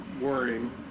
worrying